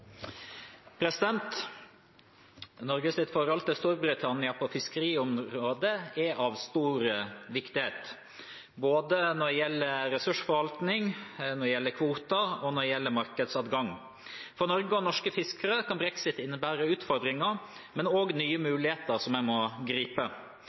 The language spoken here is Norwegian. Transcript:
av stor viktighet, både hva gjelder ressursforvaltning, kvoter og markedsadgang. For Norge og norske fiskere kan brexit innebære utfordringer, men også nye